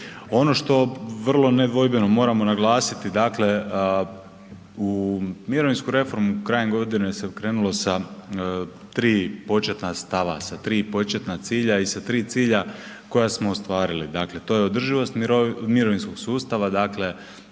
Ono što vrlo nedvojbeno moramo naglasiti, dakle u mirovinsku reformu krajem godine se krenulo sa 3 početna stava, sa 3 početna cilja i sa 3 cilja koja smo ostvarili, dakle to je održivost mirovinskog sustava, dakle